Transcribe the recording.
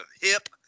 hip